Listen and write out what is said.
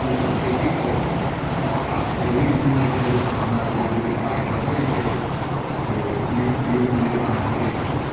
ईसब खेती करै छिए आओर ओहिमे जे हइ से हमरा जे दुइगो पाइ बचै छै से नि जीवन निर्वाह करै छी